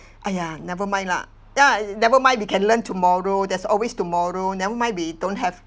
!aiya! never mind lah ya never mind we can learn tomorrow there's always tomorrow never mind we don't have